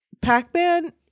Pac-Man